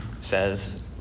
says